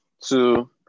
two